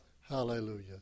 Hallelujah